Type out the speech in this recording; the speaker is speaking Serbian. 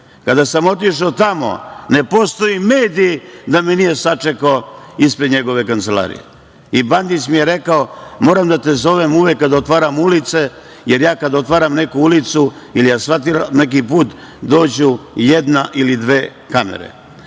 Kada sam otišao tamo, ne postoji medij da me nije sačekao ispred njegove kancelarije. Bandić mi je rekao – moram da te zovem uvek kada otvaram ulice, jer ja kad otvaram neku ulicu ili asfaltiram neki put, dođu jedna ili dve kamere. Oni